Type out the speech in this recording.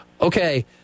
Okay